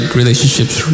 relationships